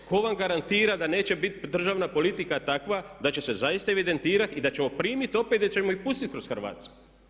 Tko vam garantira da neće biti državna politika takva da će se zaista evidentirati i da ćemo primiti opet i da ćemo ih pustiti kroz Hrvatsku?